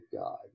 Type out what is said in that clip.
God